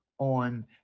on